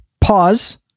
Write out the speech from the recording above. pause